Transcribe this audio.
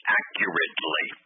accurately